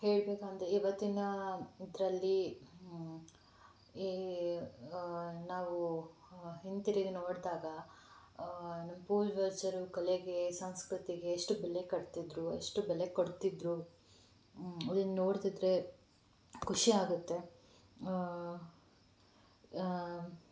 ಹೇಳಬೇಕು ಅಂದರೆ ಇವತ್ತಿನ ಇದರಲ್ಲಿ ಈ ನಾವು ಹಿಂತಿರುಗಿ ನೋಡಿದಾಗ ನಮ್ಮ ಪೂರ್ವಜರು ಕಲೆಗೆ ಸಂಸ್ಕೃತಿಗೆ ಎಷ್ಟು ಬೆಲೆ ಕಟ್ತಿದ್ದರು ಎಷ್ಟು ಬೆಲೆ ಕೊಡ್ತಿದ್ದರು ಇದನ್ನು ನೋಡ್ತಿದ್ದರೆ ಖುಷಿ ಆಗುತ್ತೆ